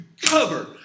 cover